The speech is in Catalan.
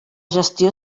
gestió